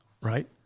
Right